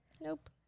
Nope